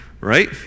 Right